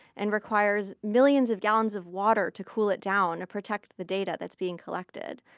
and requires millions of gallons of water to cool it down to protect the data that's being collected.